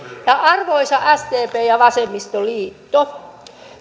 arvoisa sdp ja vasemmistoliitto